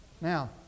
Now